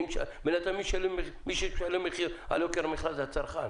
בינתיים מי שמשלם מחיר על יוקר המחיה זה הצרכן,